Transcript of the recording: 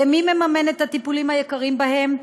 ומי מממן את הטיפולים היקרים בהם?